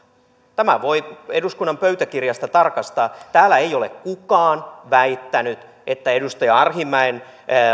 tämän voi eduskunnan pöytäkirjasta tarkastaa täällä ei ole kukaan väittänyt että edustaja arhinmäen